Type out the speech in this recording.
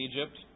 Egypt